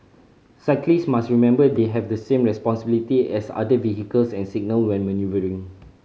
cyclist must remember they have the same responsibilities as other vehicles and signal when manoeuvring